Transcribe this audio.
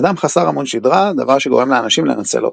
אדם חסר עמוד שדרה, דבר שגורם לאנשים לנצל אותו.